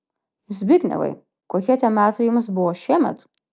zbignevai kokie tie metai jums buvo šiemet